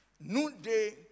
noonday